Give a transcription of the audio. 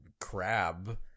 crab